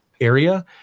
area